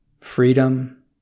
Freedom